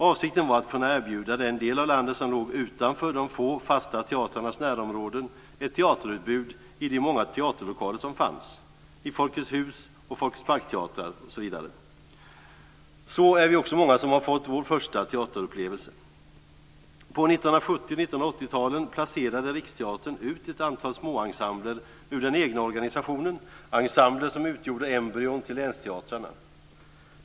Avsikten var att kunna erbjuda den del av landet som låg utanför de få fasta teatrarnas närområden ett teaterutbud i de många teaterlokaler som fanns; i folkets hus-, folkets park-teatrar osv. Så är vi också många som har fått vår första teaterupplevelse. På 1970 och 1980-talen placerade Riksteatern ut ett anta småensembler ur den egna organisationen, ensembler som utgjorde embryon till länsteatrarna.